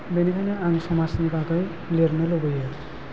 बेनिखायनो आं समाजनि बागै लिरनो लुगैयो